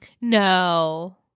no